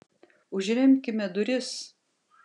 užremkime duris